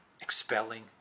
expelling